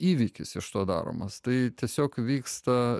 įvykis iš to daromas tai tiesiog vyksta